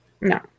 No